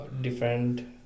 different